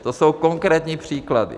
To jsou konkrétní příklady.